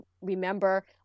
remember